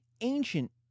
ancient